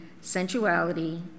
sensuality